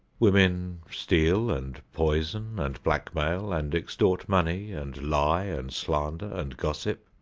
women steal and poison and blackmail and extort money and lie and slander and gossip,